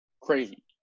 crazy